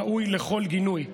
ראוי לכל גינוי.